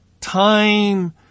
time